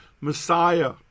Messiah